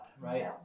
right